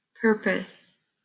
purpose